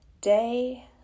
Day